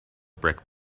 brick